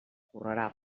correrà